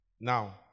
Now